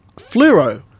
fluoro